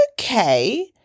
okay